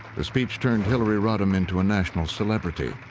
the speech turned hillary rodham into a national celebrity.